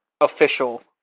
official